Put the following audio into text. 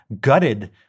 gutted